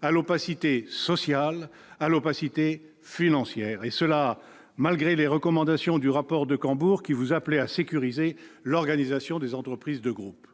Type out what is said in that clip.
à l'opacité sociale, à l'opacité financière, et ce malgré les recommandations du rapport Cambourg, qui vous appelait à sécuriser l'organisation des entreprises en groupe.